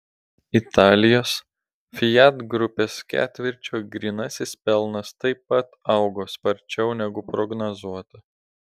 italijos fiat grupės ketvirčio grynasis pelnas taip pat augo sparčiau negu prognozuota